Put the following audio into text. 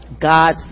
God